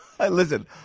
Listen